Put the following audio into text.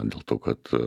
dėl to kad